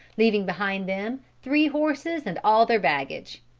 leaving behind them three horses and all their baggage.